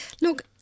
Look